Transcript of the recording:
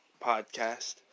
podcast